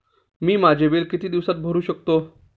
मी माझे बिल किती दिवसांत भरू शकतो?